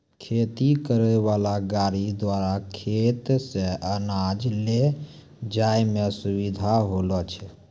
खेती करै वाला गाड़ी द्वारा खेत से अनाज ले जाय मे सुबिधा होलो छै